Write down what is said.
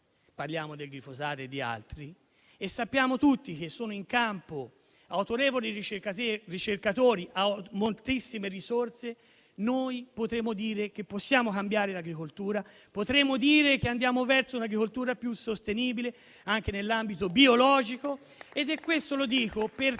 (parliamo del glifosato e di altri), rispetto ai quali sappiamo tutti che sono in campo autorevoli ricercatori e moltissime risorse, potremo dire che potremo cambiare l'agricoltura e che andremo verso un'agricoltura più sostenibile anche nell'ambito biologico.